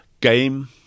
Game